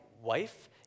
wife